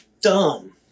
dumb